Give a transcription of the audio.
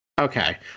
Okay